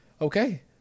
Okay